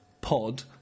pod